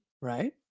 right